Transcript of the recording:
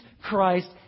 Christ